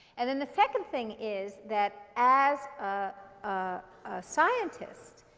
and then the second thing is that as a scientist,